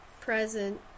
present